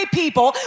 people